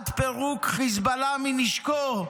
עד פירוק חיזבאללה מנשקו,